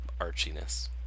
archiness